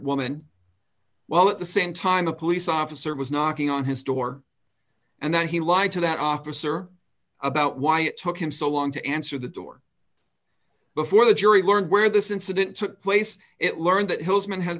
woman while at the same time a police officer was knocking on his door and that he lied to that officer about why it took him so long to answer the door before the jury learned where this incident took place it learned that hill's men ha